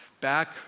back